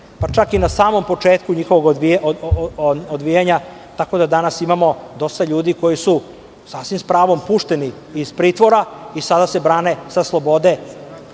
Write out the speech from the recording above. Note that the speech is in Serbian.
pa čak i na samom početku njihovog odvijanja, tako da nas imamo dosta ljudi koji su sa pravom pušteni iz pritvora i sada se brane sa slobode.